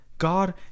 God